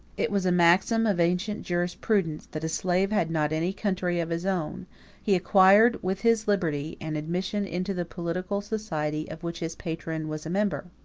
it was a maxim of ancient jurisprudence, that a slave had not any country of his own he acquired with his liberty an admission into the political society of which his patron was a member.